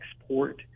export